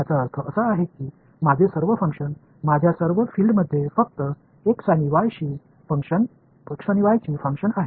எனது அனைத்து செயல்பாடுகளும் எனது புலங்கள் அனைத்தும் x மற்றும் y இன் செயல்பாடுகள் மட்டுமே